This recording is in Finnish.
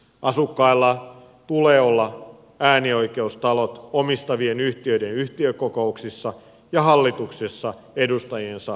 asukkailla tulee olla äänioikeus talot omistavien yhtiöiden yhtiökokouksissa ja hallituksissa edustajiensa välityksellä